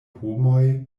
homoj